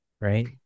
right